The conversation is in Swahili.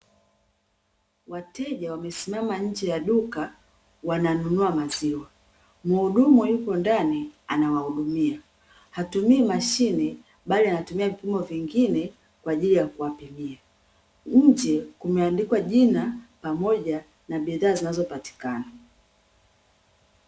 Wateja wamesimama nje ya duka wananunua maziwa, muhudumu yupo ndani anawahudumia hatumii mashine bali anatumia vipimo vingine kwa ajili ya kuwapimia. Nje kumeandikwa jina pamoja na bidhaa zinazopatikana.